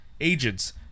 agents